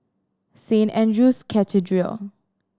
Saint Andrew's Cathedral